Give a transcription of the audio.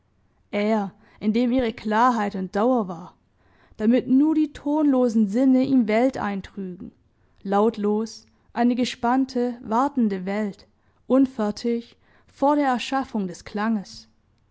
er in dem ihre klarheit und dauer war damit nur die tonlosen sinne ihm welt eintrügen lautlos eine gespannte wartende welt unfertig vor der erschaffung des klanges